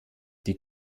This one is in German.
die